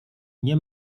nie